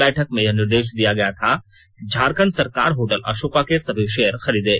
बैठक में यह निर्देश दिया गया था कि झारखंड सरकार होटल अशोका के सभी शेयर खरीदे